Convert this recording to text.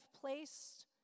placed